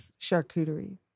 Charcuterie